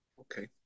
Okay